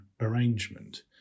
arrangement